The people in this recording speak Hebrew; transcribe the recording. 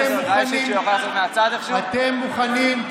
אתם מוכנים,